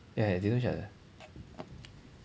ya they know each other